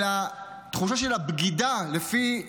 על התחושה של הבגידה, לפי דבריו,